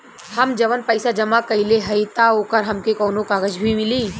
हम जवन पैसा जमा कइले हई त ओकर हमके कौनो कागज भी मिली?